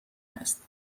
است